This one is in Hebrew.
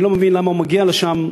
אני לא מבין למה הוא מגיע לשם.